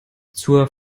zur